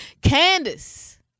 Candice